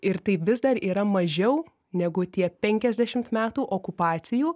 ir tai vis dar yra mažiau negu tie penkiasdešimt metų okupacijų